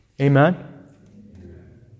Amen